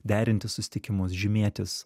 derinti susitikimus žymėtis